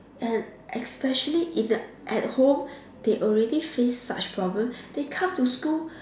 and especially in a at home they already face such problem they come to school